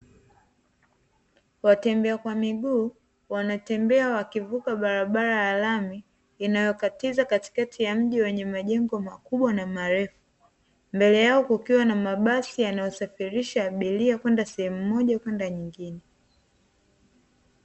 Watembea kwa miguu wanatembea wakivuka barabara ya lami inayokatiza katikati ya mji wenye majengo makubwa na marefu, mbele yao kukiwa na mabasi yanayosafirisha abiria kwenda sehemu moja kwenda nyingine.